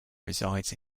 resides